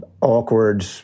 awkward